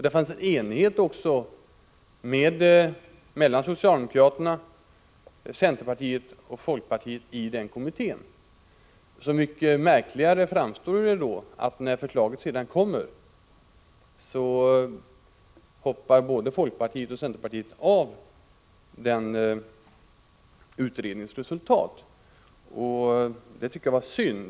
Där fanns en enighet mellan socialdemokraterna, centerpartiet och folkpartiet i kommittén. Som så mycket märkligare framstår det då att när förslaget sedan kommer hoppar både folkpartiet och centerpartiet av denna utrednings resultat. Det tycker jag är synd.